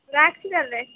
রাখছি তাহলে